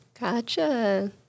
Gotcha